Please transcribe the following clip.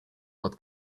под